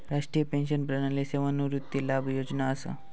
राष्ट्रीय पेंशन प्रणाली सेवानिवृत्ती लाभ योजना असा